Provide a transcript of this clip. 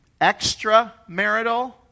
extramarital